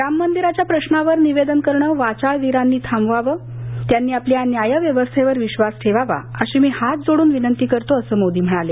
राममंदिराच्या प्रशावर निवेदनं करणं वाचाळवीरांनी थांबवावं त्यांनी आपल्या न्यायव्यवस्थेवर विश्वास ठेवावा अशी मी हात जोडुन विनंती करतो असं मोदी म्हणाले